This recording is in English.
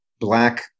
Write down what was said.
black